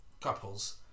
couples